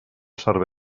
servei